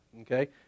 okay